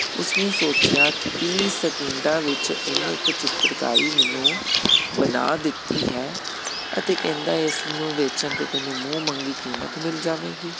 ਉਸਨੇ ਸੋਚਿਆ ਤੀਹ ਸੈਕਿੰਡਾਂ ਵਿੱਚ ਇਹਨੇ ਇੱਕ ਚਿੱਤਰਕਾਰੀ ਮੈਨੂੰ ਬਣਾ ਦਿੱਤੀ ਹੈ ਅਤੇ ਕਹਿੰਦਾ ਇਸ ਨੂੰ ਵੇਚਣ 'ਤੇ ਤੈਨੂੰ ਮੂੰਹ ਮੰਗੀ ਕੀਮਤ ਮਿਲ ਜਾਵੇਗੀ